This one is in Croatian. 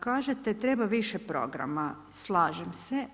Kažete treba više programa, slažem se.